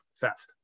theft